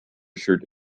shirt